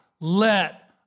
let